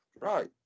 Right